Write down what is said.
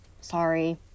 sorry